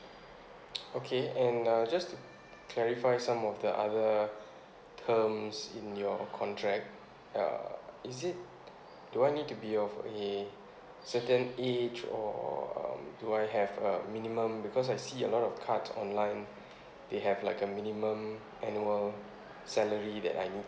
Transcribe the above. okay and uh just to clarify some of the other terms in your contract uh is it do I need to be of a certain age or um do I have a minimum because I see a lot of cards online they have like a minimum annual salary that I need to